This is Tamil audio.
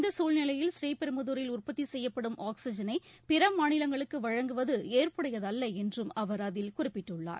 இந்த சூழ்நிலையில் ஸ்ரீபெரும்புதாரில் உற்பத்தி செய்யப்படும் ஆக்ஸிஜனை பிற மாநிலங்களுக்கு வழங்குவது ஏற்புடையதல்ல என்றும் அவர் அதில் குறிப்பிட்டுள்ளார்